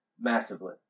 Massively